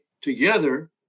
together